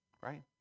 right